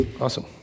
awesome